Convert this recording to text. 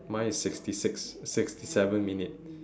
mine is sixty six sixty seven minutes